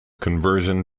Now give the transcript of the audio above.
conversion